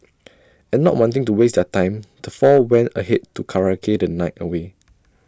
and not wanting to waste their time the four went ahead to karaoke the night away